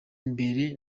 mbere